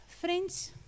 Friends